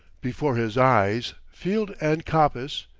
before his eyes field and coppice,